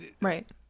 right